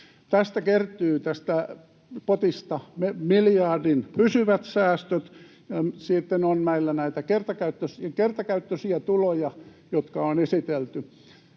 tästä potista, miljardin pysyvät säästöt. Sitten on meillä näitä kertakäyttöisiä tuloja, jotka on esitelty.